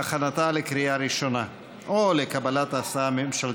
להכנתה לקריאה ראשונה או לקבלת ההצעה הממשלתית.